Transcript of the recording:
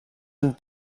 and